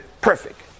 perfect